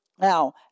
Now